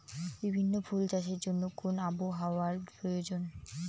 বিভিন্ন ফুল চাষের জন্য কোন আবহাওয়ার প্রয়োজন?